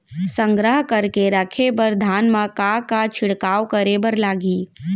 संग्रह करके रखे बर धान मा का का छिड़काव करे बर लागही?